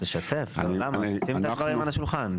אני שמח שאנחנו לאחר הרבה זמן,